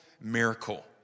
miracle